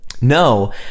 No